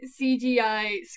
CGI